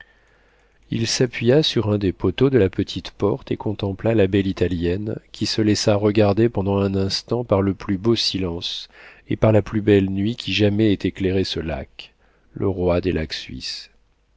il s'appuya sur un des poteaux de la petite porte et contempla la belle italienne qui se laissa regarder pendant un instant par le plus beau silence et par la plus belle nuit qui jamais ait éclairé ce lac le roi des lacs suisses